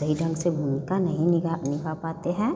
सही ढंग से भूमिका नहीं निभा निभा पाते हैं